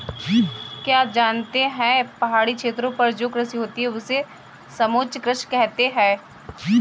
क्या आप जानते है पहाड़ी क्षेत्रों पर जो कृषि होती है उसे समोच्च कृषि कहते है?